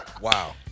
Wow